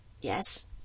Yes